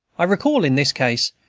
i recall, in this case,